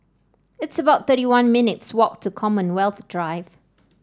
it's about thirty one minutes' walk to Commonwealth Drive